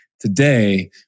Today